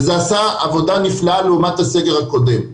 וזה עשה עבודה נפלאה לעומת הסגר הקודם.